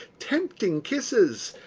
tempting kisses,